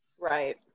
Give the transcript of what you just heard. Right